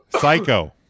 Psycho